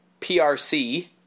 PRC